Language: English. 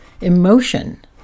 emotion